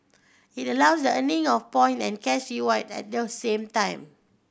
it allows earning of point and cash reward at the same time